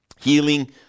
healing